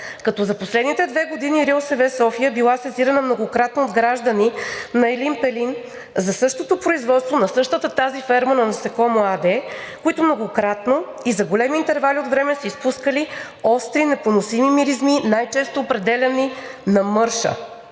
За последните две години РИОСВ – София, е била сезирана многократно от граждани на Елин Пелин за същото производство на същата тази ферма на „Насекомо“ АД, които многократно и за големи интервали от време са изпускали остри, непоносими миризми, най-често определяни „на мърша“,